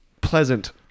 pleasant